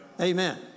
Amen